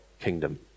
kingdom